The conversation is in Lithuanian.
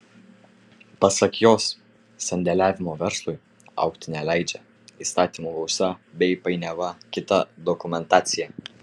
pasak jos sandėliavimo verslui augti neleidžia įstatymų gausa bei painiava kita dokumentacija